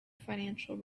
financial